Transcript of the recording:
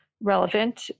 relevant